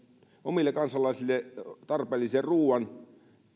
omille kansalaisilleen tarpeellisen ruuan